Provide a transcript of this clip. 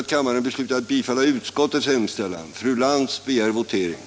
den det ej vill röstar nej.